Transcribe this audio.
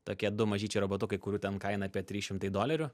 tokie du mažyčiai robotukai kurių ten kaina apie trys šimtai dolerių